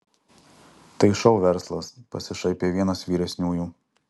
tai šou verslas pasišaipė vienas vyresniųjų